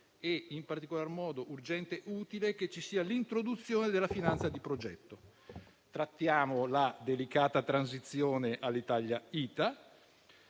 È in particolar modo urgente e utile inoltre, l'introduzione della finanza di progetto. Trattiamo la delicata transizione Alitalia-ITA